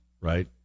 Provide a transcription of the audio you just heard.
right